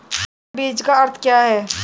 संकर बीज का अर्थ क्या है?